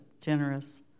generous